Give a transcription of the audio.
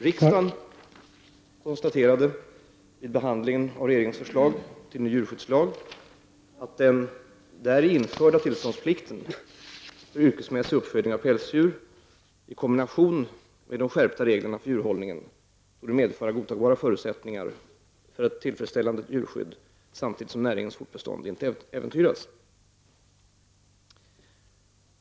Riksdagen konstaterade vid behandlingen av regeringens förslag till ny djurskyddslag att den däri införda tillståndsplikten för yrkesmässig uppfödning av pälsdjur i kombination med de skärpta reglerna för djurhållningen torde medföra godtagbara förutsättningar för ett tillfredsställande djurskydd samtidigt som näringens fortbestånd inte äventyras.